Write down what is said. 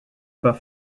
pas